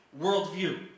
worldview